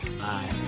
Bye